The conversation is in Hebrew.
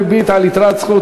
ריבית על יתרת זכות),